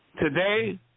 Today